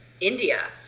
India